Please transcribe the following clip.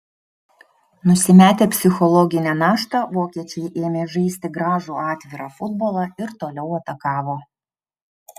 nusimetę psichologinę naštą vokiečiai ėmė žaisti gražų atvirą futbolą ir toliau atakavo